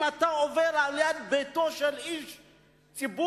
אם אתה עובר ליד ביתו של איש ציבור,